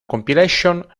compilation